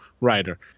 writer